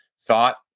thought